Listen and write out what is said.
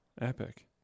Epic